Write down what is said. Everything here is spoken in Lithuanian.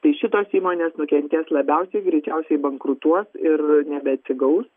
tai šitos įmonės nukentės labiausiai greičiausiai bankrutuos ir nebeatsigaus